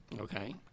Okay